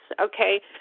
okay